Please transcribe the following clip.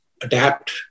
adapt